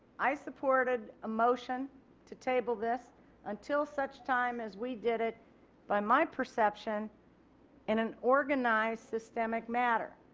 i supported a motion to table this until such time as we did it by my perception in an organized systemic matter.